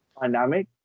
dynamic